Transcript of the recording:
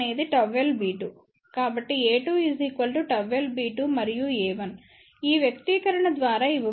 కాబట్టిa2 ΓL b2 మరియు a1 ఈ వ్యక్తీకరణ ద్వారా ఇవ్వబడుతుంది